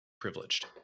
privileged